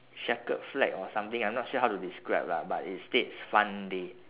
checkered flag or something I'm not sure how to describe lah but it states fun day